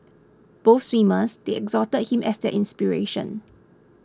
both swimmers they exalted him as their inspiration